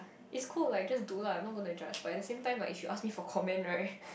is cool like just do lah not gonna judge but at the same time if she ask me for comment right